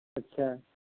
اچھا